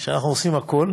עושים הכול